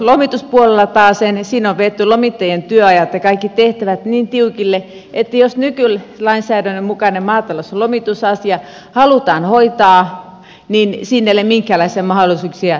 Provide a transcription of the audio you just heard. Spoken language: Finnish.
maatalouslomituspuolella taasen on vedetty lomittajien työajat ja kaikki tehtävät niin tiukille että jos nykylainsäädännön mukainen maatalouslomitusasia halutaan hoitaa niin siinä ei ole minkäänlaisia mahdollisuuksia lisäsäästöihin